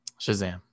Shazam